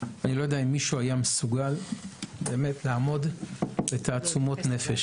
אני לא יודע אם מישהו היה מסוגל באמת לעמוד בתעצומות נפש.